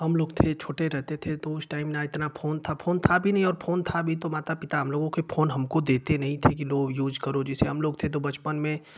हम लोग थे छोटे रहते थे तो उस टाइम न इतना फोन था फोन था भी नहीं और फोन था भी तो माता पिता हम लोगों के फोन हमको देते नहीं थे कि लो यूज करो जैसे हम लोग थे तो बचपन में